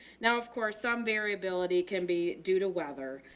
now of course some variability can be due to weather.